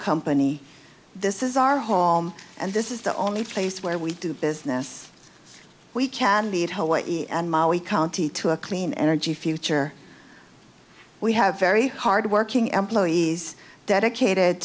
company this is our home and this is the only place where we do business we can beat hawaii and mali county to a clean energy future we have very hardworking employees dedicated